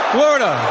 Florida